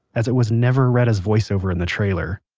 as it was never read as voiceover in the trailer.